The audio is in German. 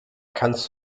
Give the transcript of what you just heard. kannst